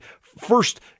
first